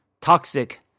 Toxic